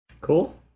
Cool